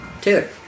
Taylor